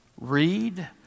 read